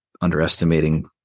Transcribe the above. underestimating